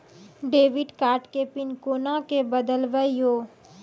Debit card के pin कोना के बदलबै यो?